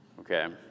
okay